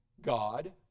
God